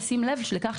בשים לב לכך,